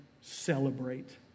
celebrate